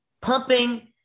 pumping